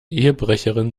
ehebrecherin